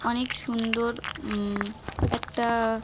অনেক সুন্দর একটা